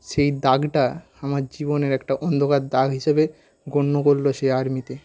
সেই দাগটা আমার জীবনের একটা অন্ধকার দাগ হিসেবে গণ্য করলো সে আর্মিতে